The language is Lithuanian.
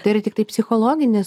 tai yra tiktai psichologinis